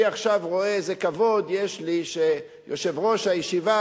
עכשיו רואה איזה כבוד יש לי שיושב-ראש הישיבה,